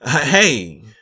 Hey